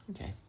Okay